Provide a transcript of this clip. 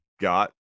got